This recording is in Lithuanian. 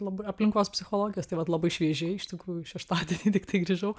labai aplinkos psichologijos tai vat labai šviežiai iš tikrųjų šeštadienį tiktai grįžau